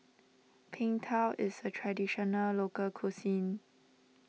Png Tao is a Traditional Local Cuisine